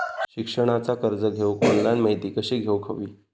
शिक्षणाचा कर्ज घेऊक ऑनलाइन माहिती कशी घेऊक हवी?